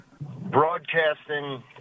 broadcasting –